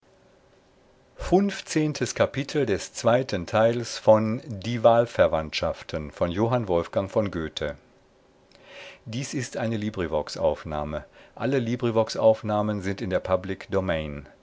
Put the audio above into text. dies ist der